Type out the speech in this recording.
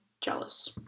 jealous